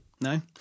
No